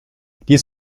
dies